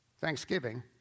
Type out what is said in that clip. Thanksgiving